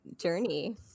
journey